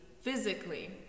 physically